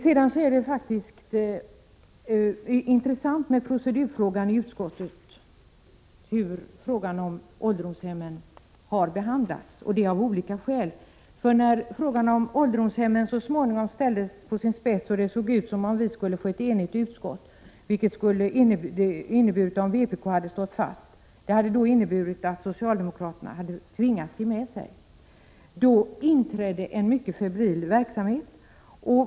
Det är faktiskt intressant med procedurfrågan i utskottet, hur frågan om ålderdomshemmen har behandlats — och det är av olika skäl. När frågan om ålderdomshemmen så småningom ställdes på sin spets och det såg ut som om vi skulle få ett enigt utskott — vilket det skulle blivit om vpk hade stått fast, eftersom det hade inneburit att socialdemokraterna tvingats ge med sig — inträdde en mycket febril verksamhet.